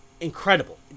Incredible